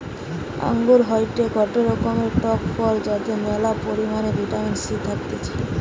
আঙ্গুর হয়টে গটে রকমের টক ফল যাতে ম্যালা পরিমাণে ভিটামিন সি থাকতিছে